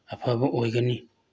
ꯑꯐꯕ ꯑꯣꯏꯒꯅꯤ